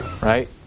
Right